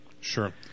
Sure